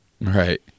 Right